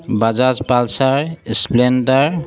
Bajaj pulsar splendor